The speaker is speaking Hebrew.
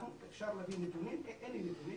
אפשר להביא נתונים,